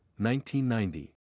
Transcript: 1990